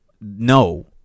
No